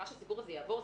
כאשר הסיפור הזה יעבור,